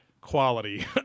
Quality